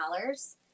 dollars